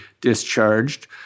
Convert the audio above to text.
discharged